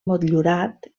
motllurat